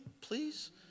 please